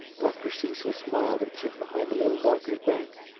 dr. cecil smiled at chip behind the little doctor's back,